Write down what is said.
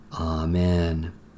Amen